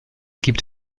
gibt